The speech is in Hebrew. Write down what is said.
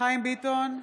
חיים ביטון,